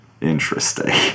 Interesting